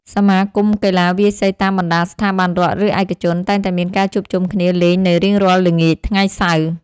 សមាគមកីឡាវាយសីតាមបណ្ដាស្ថាប័នរដ្ឋ ឬឯកជន តែងតែមានការជួបជុំគ្នាលេងនៅរៀងរាល់ល្ងាចថ្ងៃសៅរ៍។